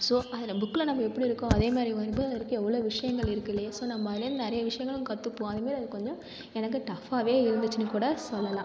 so அதில் புக்கில் நம்ம எப்படி இருக்கோ அதேமாரி வரையும்போது அதில் இருக்க எவ்வளோ விஷயங்கள் இருக்கு இல்லையா ஸோ நம்ம அதிலேருந்து நிறைய விஷயங்கள் கத்துப்போம் அதுமாரி அது கொஞ்சம் எனக்கு டஃப்பாகவே இருந்துச்சுன்னு கூட சொல்லலாம்